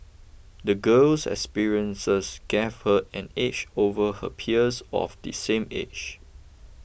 the girl's experiences gave her an edge over her peers of the same age